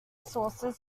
sources